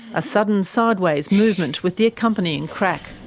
a sudden sideways movement, with the accompanying crack.